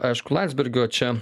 aišku landsbergio čia